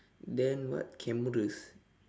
then what cameras